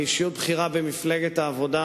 כאישיות בכירה במפלגת העבודה,